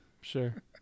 sure